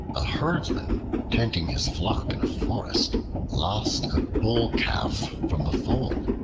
a herdsman tending his flock in a forest lost a bull-calf from the fold.